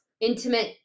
Intimate